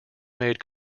made